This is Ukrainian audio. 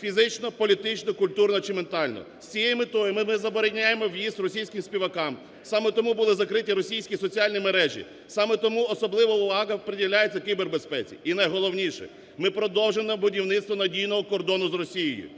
фізично, політично, культурно чи ментально. З цією метою ми забороняємо в'їзд російським співакам, саме тому були закриті російські соціальні мережі, саме тому, особливо, влада приділяє кібербезпеці. І, найголовніше, ми продовжимо будівництво надійного кордону з Росією,